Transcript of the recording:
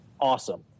awesome